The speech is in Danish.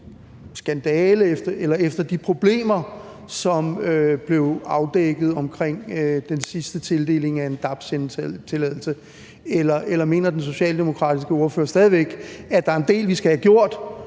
skandale eller efter de problemer, som blev afdækket omkring den sidste tildeling af en dab-sendetilladelse? Eller mener den socialdemokratiske ordfører stadig væk, at der er en del, vi skal have gjort,